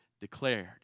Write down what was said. declared